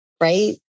right